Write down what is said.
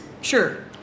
sure